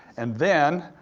and then,